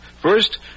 First